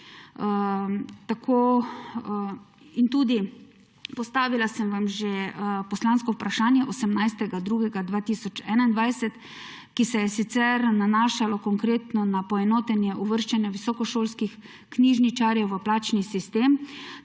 Postavila sem vam poslansko vprašanje že 18. februarja 2021, ki se je sicer nanašalo konkretno na poenotenje uvrščanja visokošolskih knjižničarjev v plačni sistem.